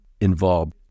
involved